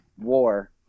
war